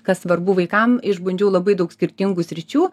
kas svarbu vaikam išbandžiau labai daug skirtingų sričių